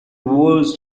worst